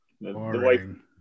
Boring